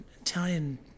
Italian